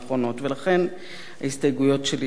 ולכן ההסתייגויות שלי הן כאלה: